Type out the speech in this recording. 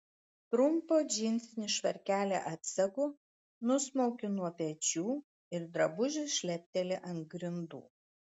trumpą džinsinį švarkelį atsegu nusmaukiu nuo pečių ir drabužis šlepteli ant grindų